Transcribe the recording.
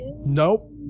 Nope